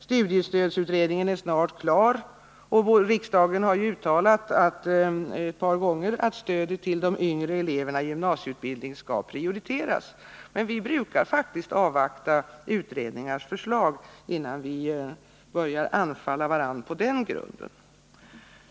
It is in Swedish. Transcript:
Studiestödsutredningen är snart klar, och riksdagen har ett par gånger uttalat att stödet till de yngre eleverna i gymnasieutbildning skall prioriteras. Men vi brukar faktiskt avvakta utredningars förslag, innan vi börjar anfalla varandra på den grunden.